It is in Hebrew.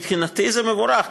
מבחינתי זה מבורך.